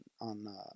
on